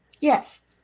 Yes